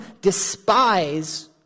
despise